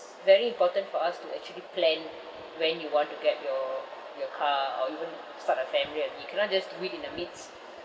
very important for us to actually plan when you want to get your your car or even start a family and you cannot just do it in the midst